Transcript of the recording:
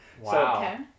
Wow